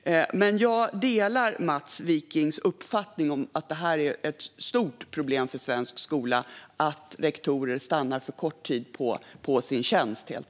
Men jag delar Mats Wikings uppfattning att det är ett stort problem för svensk skola att rektorer stannar för kort tid på sin tjänst.